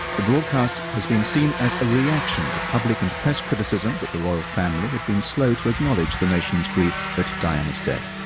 the broadcast has been seen as a reaction to public and press criticism that the royal family had been slow to acknowledge the nation's grief at diana's death.